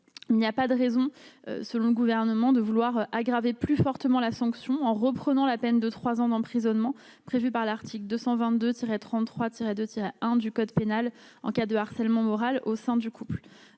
il n'y a pas de raison, selon le gouvernement de vouloir aggraver plus fortement la sanction en reprenant la peine de 3 ans d'emprisonnement prévues par l'article 222 33 Tiret de Tiret un du Code pénal en cas de harcèlement moral au sein du couple